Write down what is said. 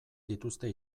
dituzte